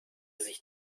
sich